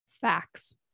Facts